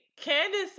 Candace